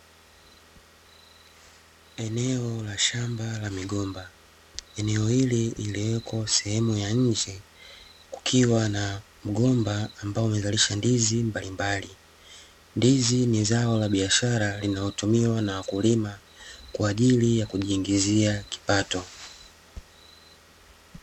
Eneo la shamba la migomba. Eneo hili lililopo sehemu ya nje kukiwa na mgomba ambao umezalisha ndizi mbalimbali. Ndizi ni zao la biashara linalotumiwa na wakulima kwa ajili ya kujiingizia kipato.